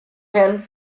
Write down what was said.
herrn